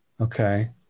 Okay